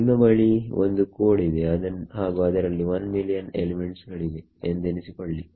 ನಿಮ್ಮ ಬಳಿ ಒಂದು ಕೋಡ್ ಇದೆ ಹಾಗು ಅದರಲ್ಲಿ 1 ಮಿಲಿಯನ್ ಎಲಿಮೆಂಟ್ಸ್ ಗಳಿವೆ ಎಂದೆನಿಸಿಕೊಳ್ಳಿ